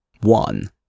One